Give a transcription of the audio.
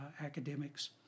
academics